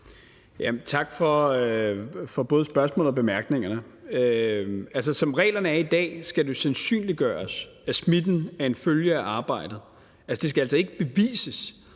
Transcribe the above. Tak for både spørgsmålet og bemærkningerne. Altså, som reglerne er i dag, skal det sandsynliggøres, at smitten er en følge af arbejdet. Det skal altså ikke bevises,